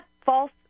false